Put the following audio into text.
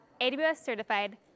AWS-certified